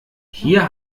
hier